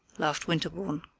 laughed winterbourne.